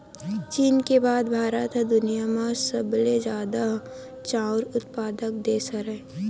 चीन के बाद भारत ह दुनिया म सबले जादा चाँउर उत्पादक देस हरय